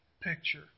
picture